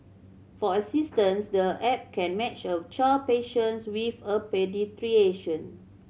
for instance the app can match a child patients with a